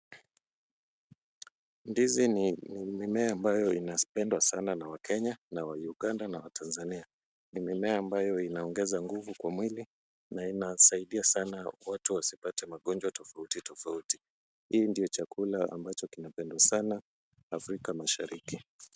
Ndizi ni mimea ambayo inapendwa sana na wakenya na wayunganda na watanzania. Ni mimea ambayo inaongeza nguvu kwa mwili na inasaidia sana watu wasipate magonjwa tofauti tofauti. Hii ndio chakula ambacho kinapendwa sana Afrika mashariki.